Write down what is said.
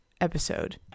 episode